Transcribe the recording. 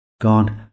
God